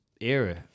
era